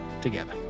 together